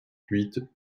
huit